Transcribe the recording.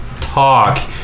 talk